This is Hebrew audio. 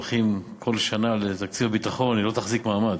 הולכים כל שנה לתקציב ביטחון לא תחזיק מעמד.